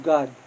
God